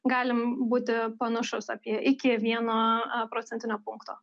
galim būti panašus apie iki vieno procentinio punkto